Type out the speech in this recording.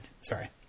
Sorry